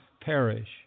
perish